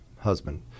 husband